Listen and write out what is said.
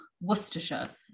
Worcestershire